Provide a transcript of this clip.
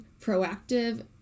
proactive